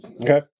Okay